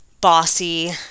bossy